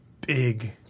big